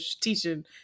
teaching